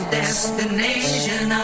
destination